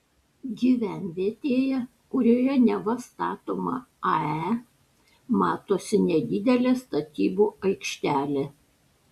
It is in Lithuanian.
gyvenvietėje kurioje neva statoma ae matosi nedidelė statybų aikštelė